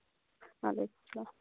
وعلیکُم اسلام